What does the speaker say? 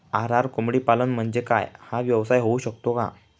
RR कोंबडीपालन म्हणजे काय? हा व्यवसाय होऊ शकतो का?